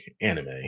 anime